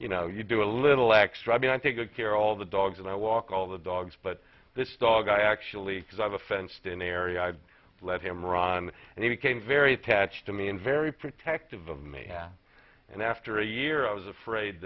you know you do a little extra i mean i take a care all the dogs and i walk all the dogs but this dog i actually have a fenced in area i let him run and he became very attached to me and very protective of me and after a year i was afraid